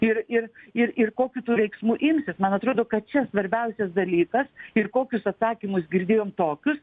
ir ir ir ir kokių tu veiksmų imsies man atrodo kad čia svarbiausias dalykas ir kokius atsakymus girdėjom tokius